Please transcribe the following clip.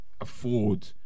afford